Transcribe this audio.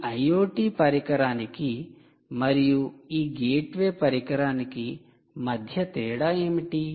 ఈ IoT పరికరానికి మరియు ఈ గేట్వే పరికరానికి మధ్య తేడా ఏమిటి